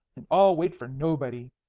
and i'll wait for nobody.